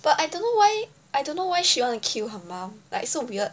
but I don't know why I don't know why she want to kill her mum like so weird